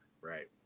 right